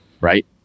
right